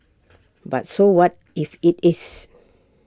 but so what if IT is